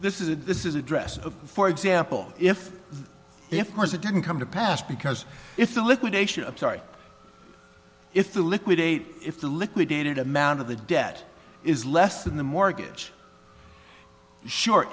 this is a this is address of for example if if course it didn't come to pass because if the liquidation of sorry if the liquidate if the liquidated amount of the debt is less than the mortgage sure